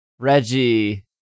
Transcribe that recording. Reggie